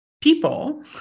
people